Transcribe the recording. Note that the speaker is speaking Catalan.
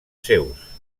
seus